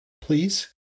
Please